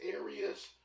areas